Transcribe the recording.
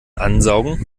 ansaugen